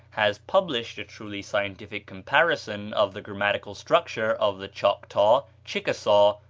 has published a truly scientific comparison of the grammatical structure of the choctaw, chickasaw,